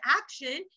action